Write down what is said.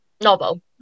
novel